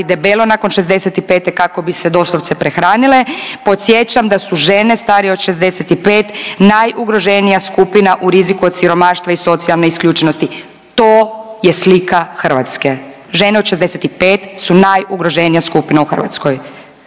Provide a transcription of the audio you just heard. debelo nakon 65 kako bi se doslovce prehranile. Podsjećam da su žene starije od 65 najugroženija skupina u riziku od siromaštva i socijalne isključenosti. To je slika Hrvatske. Žene od 65 su najugroženija skupina u Hrvatskoj.